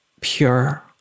pure